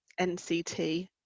NCT